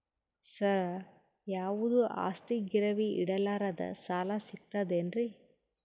ಸರ, ಯಾವುದು ಆಸ್ತಿ ಗಿರವಿ ಇಡಲಾರದೆ ಸಾಲಾ ಸಿಗ್ತದೇನ್ರಿ?